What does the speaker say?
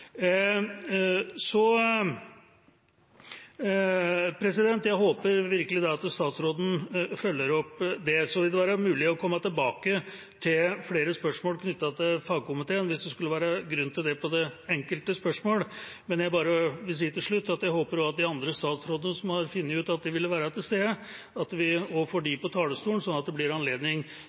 Så vil det være mulig å komme tilbake til flere spørsmål knyttet til fagkomiteen, hvis det skulle være grunn til det på det enkelte spørsmålet. Jeg vil bare si til slutt at jeg håper vi også får de andre statsrådene som har funnet ut at de vil være til stede, på talerstolen, sånn at det blir anledning